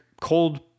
cold